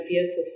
vehicle